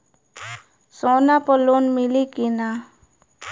सोना पर लोन मिली की ना?